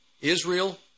Israel